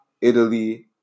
Italy